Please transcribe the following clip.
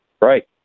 Right